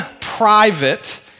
private